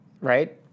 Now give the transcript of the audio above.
Right